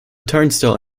turnstile